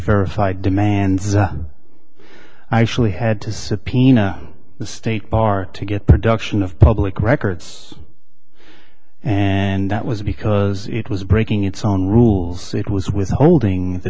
verified demands i actually had to subpoena the state bar to get production of public records and that was because it was breaking its own rules it was withholding the